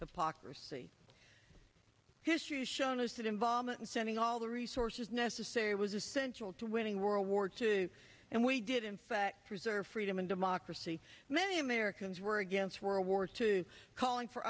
hypocrisy history has shown us that involvement in sending all the resources necessary was essential to winning world war two and we did in fact preserve freedom and democracy and many americans were against world war two calling for